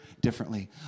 differently